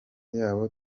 yabo